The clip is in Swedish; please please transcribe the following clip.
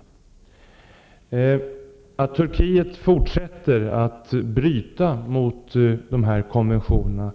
Det är mycket oroväckande att Turkiet fortsätter att bryta mot dessa konventioner